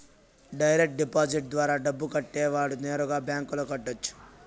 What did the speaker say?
direct deposit ద్వారా డబ్బు కట్టేవాడు నేరుగా బ్యాంకులో కట్టొచ్చు